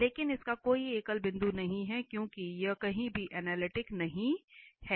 लेकिन इसका कोई एकल बिंदु नहीं है क्योंकि यह कहीं भी अनलिटिक नहीं है